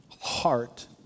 heart